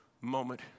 moment